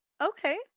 okay